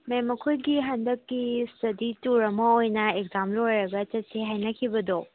ꯃꯦꯝ ꯑꯩꯈꯣꯏꯒꯤ ꯍꯟꯗꯛꯀꯤ ꯏꯁ꯭ꯇꯗꯤ ꯇꯨꯔ ꯑꯃ ꯑꯣꯏꯅ ꯑꯦꯛꯖꯥꯝ ꯂꯣꯏꯔꯒ ꯆꯠꯁꯦ ꯍꯥꯏꯅꯈꯤꯕꯗꯣ